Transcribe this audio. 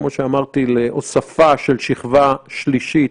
כמו שאמרתי, להוספה של שכבה שלישית